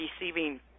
receiving